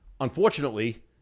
Unfortunately